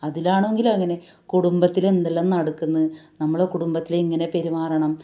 അതിൽ ആണെങ്കിൽ അങ്ങനെ കുടുംബത്തില് എന്തെല്ലാം നടക്കുന്നത് നമ്മള് കുടുംബത്തില് എങ്ങനെ പെരുമാറണം